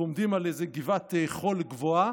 אנחנו עומדים על איזו גבעת חול גבוהה,